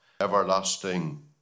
everlasting